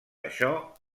això